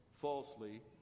falsely